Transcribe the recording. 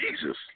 Jesus